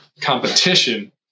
competition